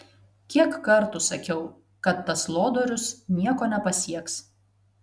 kiek kartų sakiau kad tas lodorius nieko nepasieks